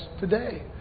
today